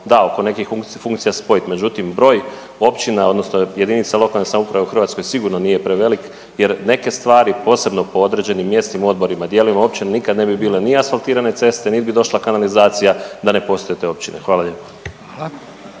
da, oko nekih funkcija spojit, međutim broj općina odnosno JLS u Hrvatskoj sigurno nije prevelik jer neke stvari, posebno po određenim mjesnim odborima i dijelovima općina nikad ne bi bile ni asfaltirane ceste, nit bi došla kanalizacija da ne postoje te općine, hvala lijepo.